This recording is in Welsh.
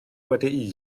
wedi